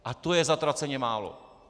A to je zatraceně málo!